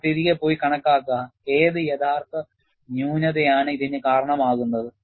നിങ്ങൾ തിരികെ പോയി കണക്കാക്കുക ഏത് യഥാർത്ഥ ന്യൂനതയാണ് ഇതിന് കാരണമാകുന്നത്